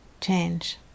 change